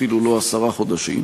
ואפילו לא עשרה חודשים,